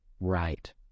right